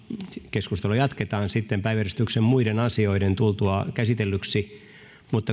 keskustelua jatketaan sitten päiväjärjestyksen muiden asioiden tultua käsitellyiksi mutta